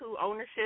ownership